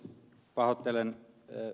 pahoittelen ed